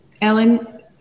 Ellen